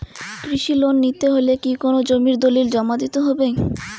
কৃষি লোন নিতে হলে কি কোনো জমির দলিল জমা দিতে হবে?